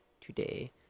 today